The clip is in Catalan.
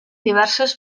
diverses